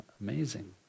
Amazing